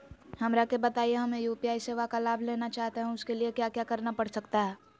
हमरा के बताइए हमें यू.पी.आई सेवा का लाभ लेना चाहते हैं उसके लिए क्या क्या करना पड़ सकता है?